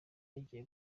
yagiye